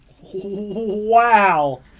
Wow